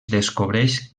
descobreix